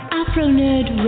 Afronerd